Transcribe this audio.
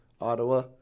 Ottawa